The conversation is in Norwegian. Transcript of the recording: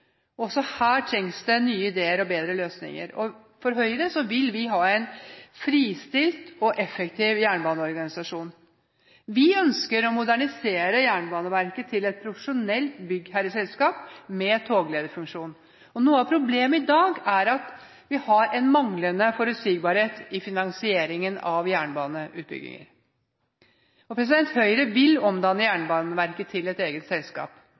Også her trengs det nye ideer og bedre løsninger. Høyre vil ha en fristilt og effektiv jernbaneorganisasjon. Vi ønsker å modernisere Jernbaneverket til et profesjonelt byggherreselskap med toglederfunksjon. Noe av problemet i dag er at vi har en manglende forutsigbarhet i finansieringen av jernbaneutbygginger. Høyre vil omdanne Jernbaneverket til et eget selskap.